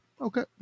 Okay